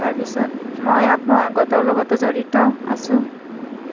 তাৰপিছত মই আত্মসহায়ক গোটৰ লগতো জড়িত আছোঁ